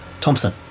Thompson